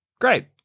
great